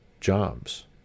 jobs